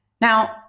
Now